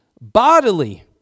bodily